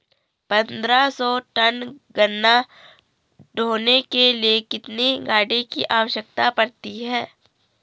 पन्द्रह सौ टन गन्ना ढोने के लिए कितनी गाड़ी की आवश्यकता पड़ती है?